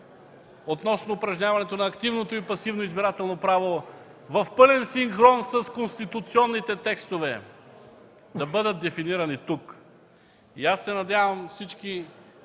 относно упражняването на активното и пасивно избирателно право в пълен синхрон с конституционните текстове, да бъдат дефинирани тук. Надявам се всички